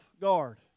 guard